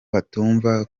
batumva